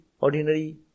ordinary